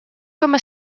coma